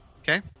okay